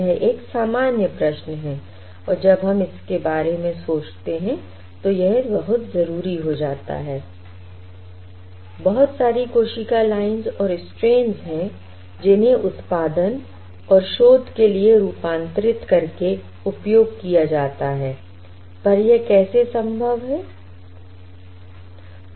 यह एक सामान्य प्रश्न है और जब हम इसके बारे में सोचते हैं तो यह बहुत जरूरी हो जाता है I बहुत सारी कोशिका लाइंस और स्ट्रेंस हैं जिन्हें उत्पादन और शोध के लिए रूपांतरित करके उपयोग किया जाता है I पर यह कैसे संभव है